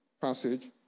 passage